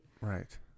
Right